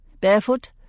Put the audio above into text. Barefoot